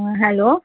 hello